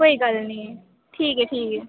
कोई गल्ल नी ठीक ऐ ठीक ऐ